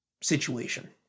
situation